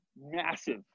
massive